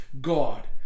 God